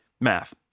math